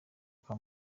kwa